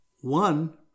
One